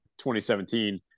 2017